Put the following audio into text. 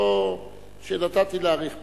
לא שנתתי להאריך פה.